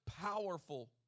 powerful